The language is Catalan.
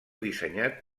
dissenyat